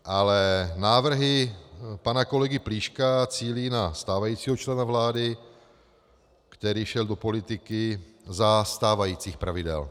Ale návrhy pana kolegy Plíška cílí na stávajícího člena vlády, který šel do politiky za stávajících pravidel.